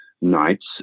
nights